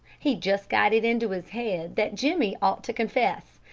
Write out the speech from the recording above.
he's just got it into his head that jimmie ought to confess,